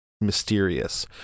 mysterious